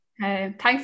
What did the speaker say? Thanks